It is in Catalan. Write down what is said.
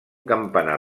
campanar